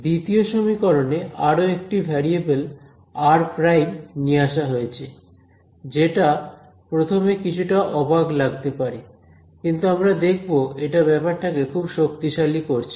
দ্বিতীয় সমীকরণে আরো একটি ভ্যারিয়েবল r নিয়ে আসা হয়েছে যেটা প্রথমে কিছুটা অবাক লাগতে পারে কিন্তু আমরা দেখব এটা ব্যাপারটাকে খুব শক্তিশালী করছে